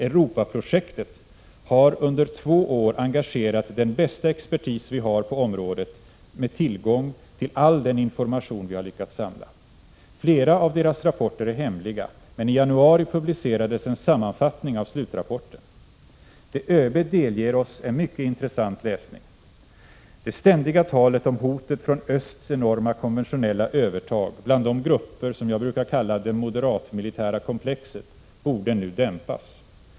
”Europaprojektet” har under två år engagerat den bästa expertis vi har på området, med tillgång till all den information vi har lyckats samla. Flera av deras rapporter är hemliga, men i januari publicerades en sammanfattning av slutrapporten. Det ÖB delger oss är mycket intressant läsning. Det ständiga talet om hotet från östs enorma konventionella övertag bland de grupper som jag brukar kalla ”det moderat-militära komplexet” borde nu dämpas.